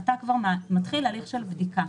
אלא כבר מתחיל הליך של בדיקה.